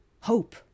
hope